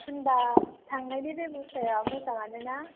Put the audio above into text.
होनबा थांनायनि बेब'स्थाया मोजाङानो ना